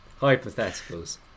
hypotheticals